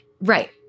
Right